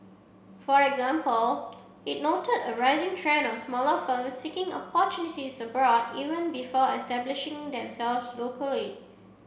for example it noted a rising trend of smaller firms seeking opportunities abroad even before establishing themselves locally